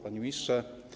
Panie Ministrze!